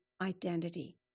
identity